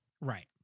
Right